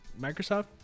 Microsoft